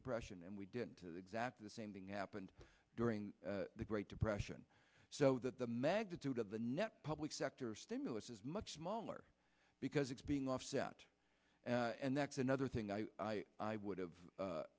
depression and we didn't exactly the same thing happened during the great depression so that the magnitude of the net public sector stimulus is much smaller because it's being offset and that's another thing i would have